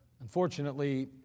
Unfortunately